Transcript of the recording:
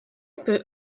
peut